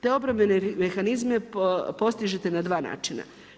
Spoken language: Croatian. Te obrambene mehanizme postižete na dva načina.